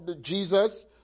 Jesus